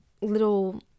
little